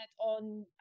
on